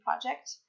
project